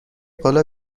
بالا